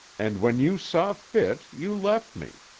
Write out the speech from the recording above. and when you saw fit, you left me.